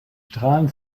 strahlen